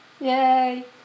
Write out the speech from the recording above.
Yay